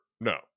no